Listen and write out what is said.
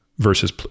versus